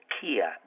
Kia